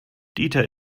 dieter